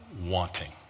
wanting